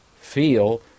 feel